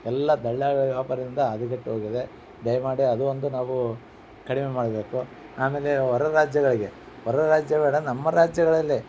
ಎಲ್ಲ ದಲ್ಲಾಳಿಗಳ್ ವ್ಯಾಪಾರಿಂದ ಹದಗೆಟ್ ಹೋಗಿದೆ ದಯಮಾಡಿ ಅದು ಒಂದು ನಾವು ಕಡಿಮೆ ಮಾಡಬೇಕು ಆಮೇಲೆ ಹೊರ ರಾಜ್ಯಗಳಿಗೆ ಹೊರ ರಾಜ್ಯ ಬೇಡ ನಮ್ಮ ರಾಜ್ಯಗಳಲ್ಲೇ